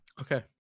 Okay